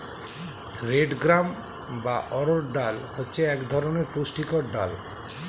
red gram বা অড়হর ডাল হচ্ছে এক ধরনের পুষ্টিকর ডাল